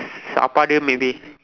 சாப்பாடு:saappaadu maybe